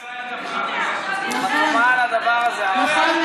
תכף אני אלמד אותך מה זה חופש דת,